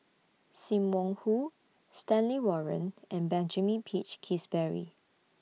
SIM Wong Hoo Stanley Warren and Benjamin Peach Keasberry